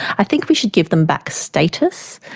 i think we should give them back status.